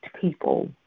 people